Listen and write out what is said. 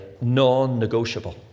non-negotiable